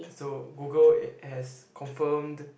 so Google has confirmed